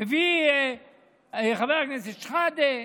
מביא חבר הכנסת שחאדה,